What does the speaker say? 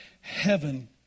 heaven